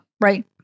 right